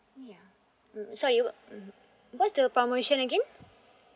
ya mm sorry wha~ mm what's the promotion again